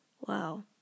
wow